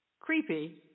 Creepy